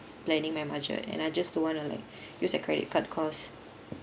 planning my budget and I just don't want to like use a credit card cause